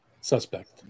suspect